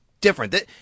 different